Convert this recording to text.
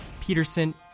Peterson